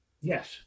Yes